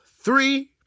three